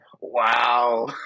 Wow